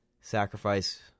sacrifice